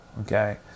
Okay